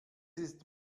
ist